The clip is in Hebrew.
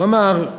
הוא אמר: